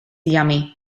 yummy